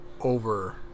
over